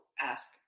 ask